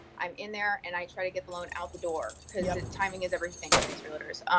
i'm in there, and i try to get the loan out the door cause yeah the timing is everything to these realtors.